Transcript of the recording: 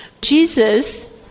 Jesus